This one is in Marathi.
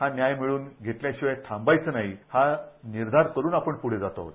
हा न्याय मिळव्रन घेतल्याशिवाय थांबायचं नाही हा निर्धार करून आपण पूढे जात आहोत